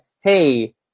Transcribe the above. Hey